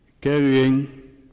carrying